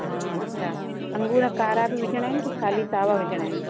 हा अछा अंगूर कारा बि विझिणा आहिनि या ख़ाली सावा विझिणा आहिनि